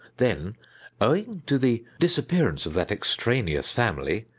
then, owing to the disappearance of that extraneous family,